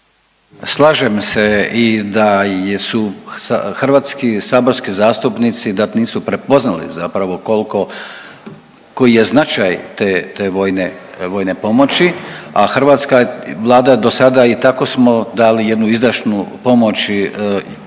Slažem se i da su hrvatski saborski zastupnici da nisu prepoznali zapravo koliko, koji je značaj te vojne pomoći a hrvatska Vlada do sada i tako smo dali jednu izdašnu pomoć